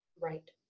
Right